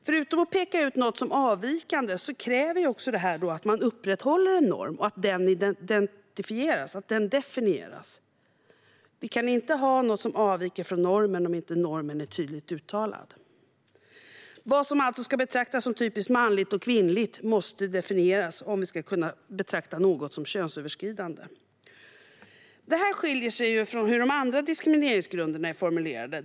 Förutom att peka ut något som avvikande kräver det här också att man upprätthåller en norm och att den definieras. Vi kan inte ha något som avviker från normen om inte normen är tydligt uttalad. Vad som ska betraktas som typiskt manligt respektive kvinnligt måste alltså definieras om vi ska kunna betrakta något som könsöverskridande. Det här skiljer sig från hur de andra diskrimineringsgrunderna är formulerade.